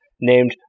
named